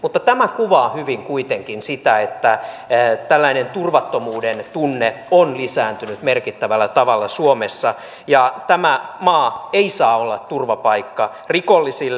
mutta tämä kuvaa hyvin kuitenkin sitä että tällainen turvattomuuden tunne on lisääntynyt merkittävällä tavalla suomessa ja tämä maa ei saa olla turvapaikka rikollisille